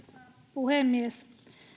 puhemies